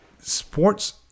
sports